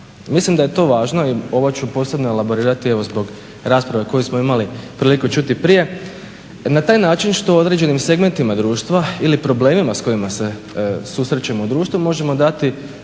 Mislim da je to važno i ovo ću posebno elaborirati zbog rasprave koju smo imali priliku čuti prije, na taj način što određenim segmentima društva ili problemima s kojima se susrećemo u društvu možemo dati